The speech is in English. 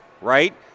right